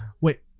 Wait